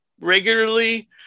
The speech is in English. regularly